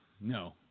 No